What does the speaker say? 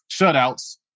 shutouts